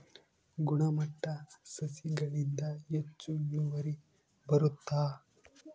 ಗುಣಮಟ್ಟ ಸಸಿಗಳಿಂದ ಹೆಚ್ಚು ಇಳುವರಿ ಬರುತ್ತಾ?